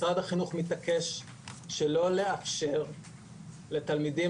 משרד החינוך מתעקש שלא לאפשר לתלמידים